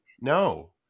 No